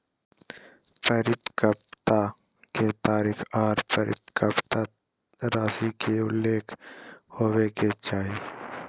परिपक्वता के तारीख आर परिपक्वता राशि के उल्लेख होबय के चाही